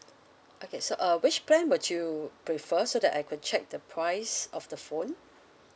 okay so uh which plan would you prefer so that I could check the price of the phone